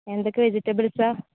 എന്തൊക്കെ വെജിറ്റബിൾസ